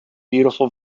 beautiful